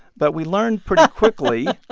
but we learned pretty quickly.